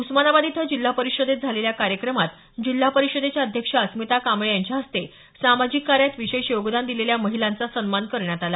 उस्मानाबाद इथं जिल्हा परिषदेत झालेल्या कार्यक्रमात जिल्हा परिषदेच्या अध्यक्षा अस्मिता कांबळे यांच्या हस्ते सामाजिक कार्यात विशेष योगदान दिलेल्या महिलांचा सन्मान करण्यात आला